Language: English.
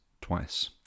twice